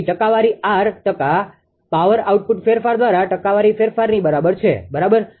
તેથી ટકાવારી આર ટકા પાવર આઉટપુટ ફેરફાર દ્વારા ટકાવારી ફેરફારની બરાબર છે બરાબર